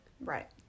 Right